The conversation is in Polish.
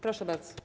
Proszę bardzo.